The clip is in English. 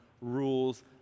rules